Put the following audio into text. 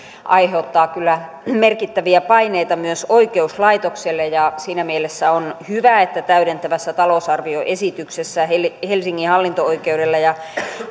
aiheuttaa kyllä merkittäviä paineita myös oikeuslaitokselle ja siinä mielessä on hyvä että täydentävässä talousarvioesityksessä helsingin hallinto oikeudelle ja